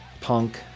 punk